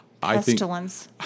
pestilence